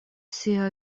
siaj